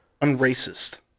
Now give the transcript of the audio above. unracist